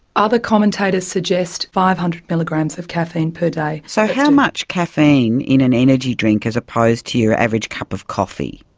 other commentators suggest five hundred milligrams of caffeine per day. so how much caffeine is in an energy drink as opposed to your average cup of coffee?